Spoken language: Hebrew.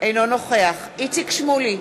אינו נוכח איציק שמולי,